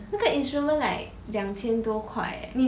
那个 instrument like 两千多块 eh